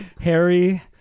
Harry